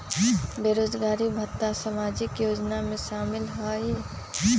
बेरोजगारी भत्ता सामाजिक योजना में शामिल ह ई?